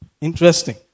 interesting